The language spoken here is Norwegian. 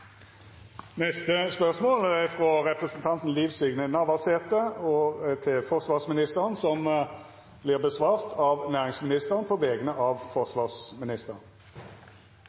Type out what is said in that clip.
spørsmål 17. Dette spørsmålet, frå representanten Liv Signe Navarsete til forsvarsministeren, vil verta svart på av næringsministeren på vegner av